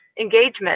engagement